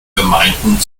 gemeinden